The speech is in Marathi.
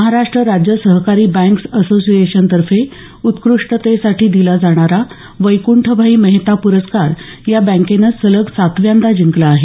महाराष्ट्र राज्य सहकारी बँक्स असोसिएशनतर्फे उत्कृष्टतेसाठी दिला जाणारा वैकुंठभाई मेहता प्रस्कार या बँकेनं सलग सातव्यांदा जिंकला आहे